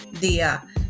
dia